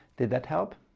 did that help?